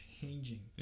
changing